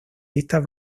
listas